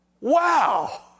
Wow